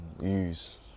use